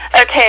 Okay